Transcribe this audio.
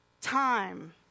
time